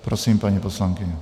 Prosím, paní poslankyně.